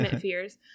fears